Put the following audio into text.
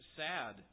sad